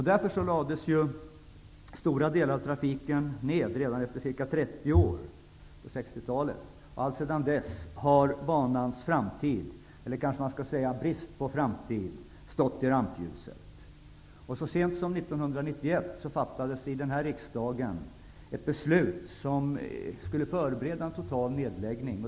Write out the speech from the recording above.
Därför lades stora delar av trafiken ned redan efter ca 30 år, på 60-talet, och alltsedan dess har banans framtid -- eller kanske man skall säga brist på framtid -- stått i rampljuset. Så sent som 1991 fattades i den här riksdagen ett beslut som skulle förbereda en total nedläggning.